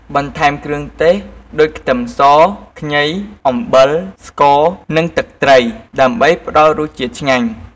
បន្ថែមគ្រឿងទេសដូចខ្ទឹមស ខ្ញី អំបិល ស្ករ និងទឹកត្រី ដើម្បីផ្តល់រសជាតិឆ្ងាញ់។